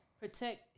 protect